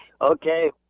Okay